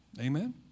Amen